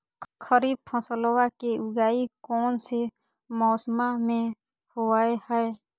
खरीफ फसलवा के उगाई कौन से मौसमा मे होवय है?